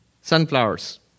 sunflowers